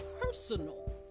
personal